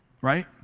right